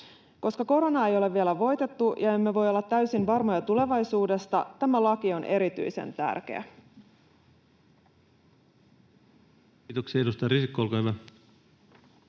Koska koronaa ei ole vielä voitettu ja emme voi olla täysin varmoja tulevaisuudesta, tämä laki on erityisen tärkeä. Kiitoksia. — Edustaja Risikko, olkaa hyvä.